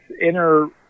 inner